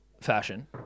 fashion